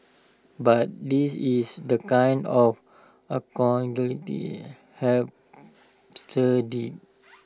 but this is the kind of hipster dig